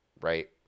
right